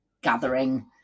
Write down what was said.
gathering